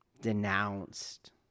denounced